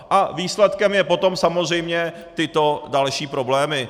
A výsledkem jsou potom samozřejmě tyto další problémy.